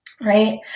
right